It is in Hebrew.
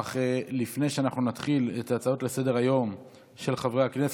אך לפני שאנחנו נתחיל את ההצעות לסדר-היום של חברי הכנסת,